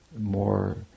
more